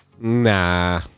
Nah